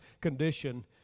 condition